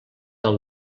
del